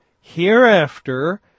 Hereafter